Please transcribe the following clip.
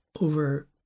over